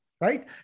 right